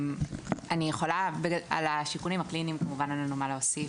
על השיקולים הקליניים כמובן שאין לנו מה להוסיף,